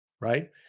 right